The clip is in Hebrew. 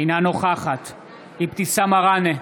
אינה נוכחת אבתיסאם מראענה,